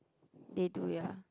they do ya